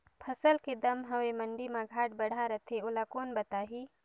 फसल के दम हवे मंडी मा घाट बढ़ा रथे ओला कोन बताही?